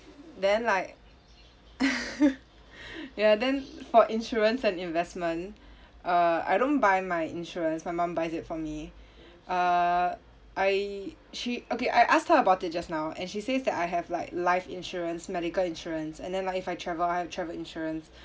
then like ya then for insurance and investment uh I don't buy my insurance my mum buys it for me uh I she okay I asked her about it just now and she says that I have like life insurance medical insurance and then like if I travel I have travel insurance